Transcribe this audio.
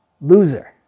Loser